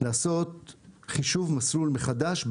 לעשות חישוב מסלול מחדש,